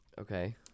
Okay